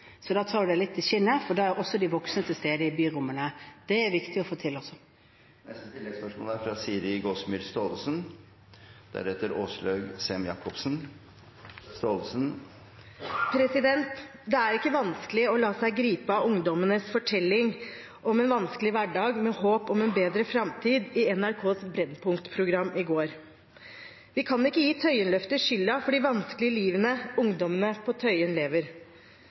Da holder man seg litt i skinnet, for da er også de voksne til stede i byrommene. Det er viktig å få til også. Siri Gåsemyr Staalesen – til oppfølgingsspørsmål. Det er ikke vanskelig å la seg gripe av ungdommenes fortelling om en vanskelig hverdag med håp om en bedre framtid, som vi så i NRKs Brennpunkt-program i går. Vi kan ikke gi Tøyenløftet skylda for de vanskelige livene ungdommene på Tøyen lever.